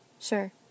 Sure